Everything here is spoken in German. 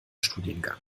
studiengang